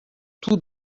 tout